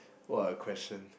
what a question